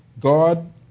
God